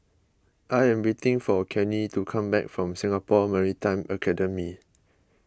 I am waiting for Kenney to come back from Singapore Maritime Academy